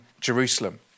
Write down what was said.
Jerusalem